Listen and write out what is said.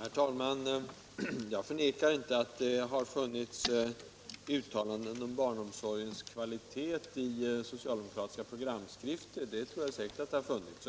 Herr talman! Jag förnekar inte, att det har funnits uttalanden om barnomsorgens kvalitet i socialdemokratiska programskrifter. Det har det säkert funnits.